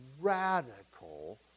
radical